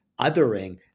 othering